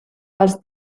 els